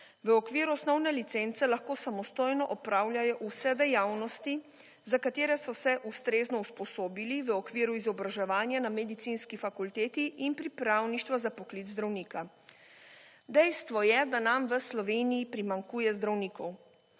V okviru osnovne licence lahko samostojno opravljajo vse dejavnosti za katere so se ustrezno usposobili v okviru izobraževanja na medicinski fakulteti in pripravništva za poklic zdravnika. Dejstvo je, da nam v Sloveniji primanjkuje zdravnikov.